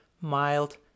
mild